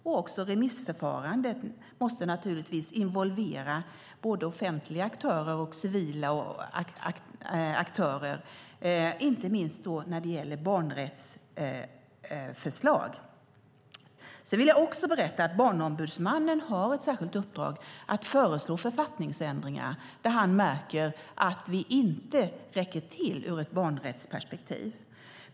Och remissförförandet måste naturligtvis involvera både offentliga aktörer och civila aktörer, inte minst när det gäller barnrättsförslag. Sedan vill jag berätta att Barnombudsmannen har ett särskilt uppdrag att föreslå författningsändringar där han märker att vi inte räcker till ur ett barnrättsperspektiv.